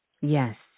Yes